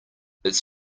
it’s